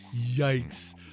Yikes